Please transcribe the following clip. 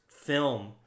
film